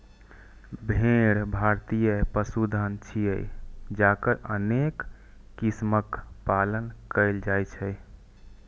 भेड़ भारतीय पशुधन छियै, जकर अनेक किस्मक पालन कैल जाइ छै